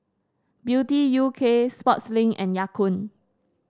Beauty U K Sportslink and Ya Kun